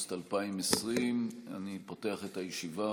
באוגוסט 2020. אני פותח את הישיבה.